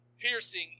piercing